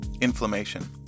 inflammation